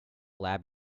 lab